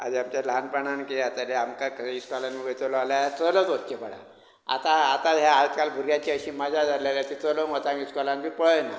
आयज आमच्या ल्हानपणांत कितें जातालें आमकां खंय इस्कोलांत बी वयतलो जाल्यार चलत वचचें पडा आतां हें आयज काल भुरग्यांचीं अशीं मजा जाल्या ते चलोन वचोंग इस्कोलाक बी पळयनात